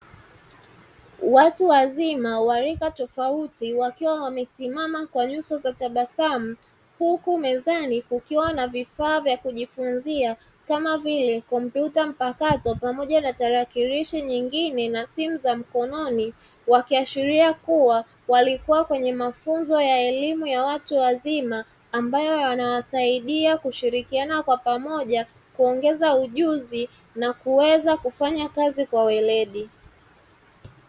Watu wazima wa rika tofauti wakiwa wamesimama kwa nyuso za tabasamu, huku mezani kukiwa na vifaa vya kujifunzia kama vile kompyuta mpakato pamoja na tarakilishi nyingine na simu za mkononi, wakiashiria kuwa walikuwa kwenye mafunzo ya elimu ya watu wazima ambayo yanawasaidia kushirikiana kwa pamoja, kuongeza ujuzi na kuweza kufanya kazi kwa weledi.